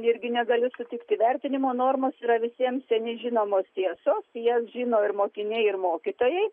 irgi negaliu sutikti vertinimo normos yra visiems seniai žinomos tiesos jas žino ir mokiniai ir mokytojai